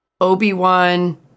Obi-Wan